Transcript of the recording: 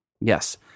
Yes